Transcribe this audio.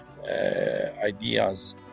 ideas